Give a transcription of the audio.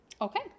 Okay